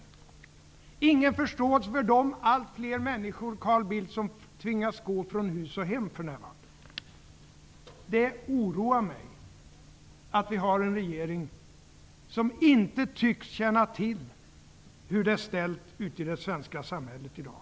Det finns ingen förståelse för de allt fler människor, Carl Bildt, som för närvarande tvingas gå från hus och hem. Det oroar mig att vi har en regering som inte tycks känna till hur det är ställt ute i det svenska samhället i dag.